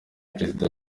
prezida